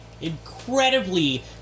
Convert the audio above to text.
incredibly